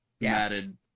matted